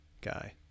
guy